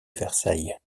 versailles